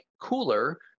cooler